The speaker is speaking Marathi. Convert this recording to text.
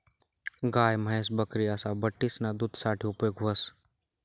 गाय, म्हैस, बकरी असा बठ्ठीसना दूध साठे उपेग व्हस